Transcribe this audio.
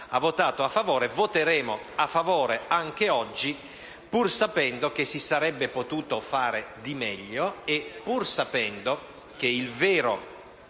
Parlamento, e voteremo a favore anche oggi, pur sapendo che si sarebbe potuto fare di meglio e pur sapendo che il vero